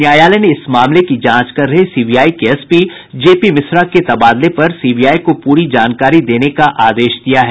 न्यायालय ने इस मामले की जांच कर रहे सीबीआई के एसपी जे पी मिश्रा के तबादले पर सीबीआई को पूरी जानकारी देने का आदेश दिया है